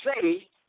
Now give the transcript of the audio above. say